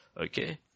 Okay